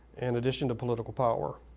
and addition to political power.